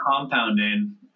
compounding